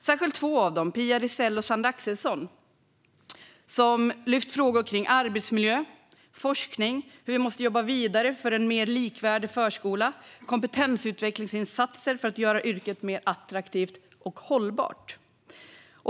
Särskilt två av dem, Pia Rizell och Sandra Axelsson, har lyft frågor kring arbetsmiljö, forskning och hur vi måste jobba vidare för en mer likvärdig förskola och kompetensutvecklingsinsatser för att göra yrket mer attraktivt och hållbart.